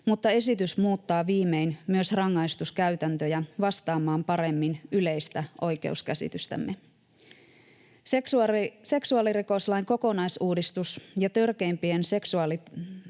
mutta esitys muuttaa viimein myös rangaistuskäytäntöjä vastaamaan paremmin yleistä oikeuskäsitystämme. Seksuaalirikoslain kokonaisuudistus ja törkeimpien seksuaalirikosten,